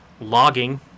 logging